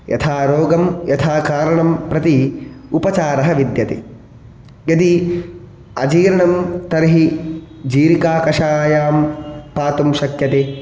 यथा रोगं यथा कारणं प्रति उपचारः विद्यते यदि अजीर्णं तर्हि जीरिकाकषायं पातुं शक्यते